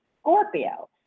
Scorpio